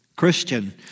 Christian